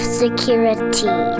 security